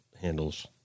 handles